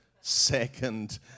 second